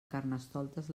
carnestoltes